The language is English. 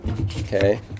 okay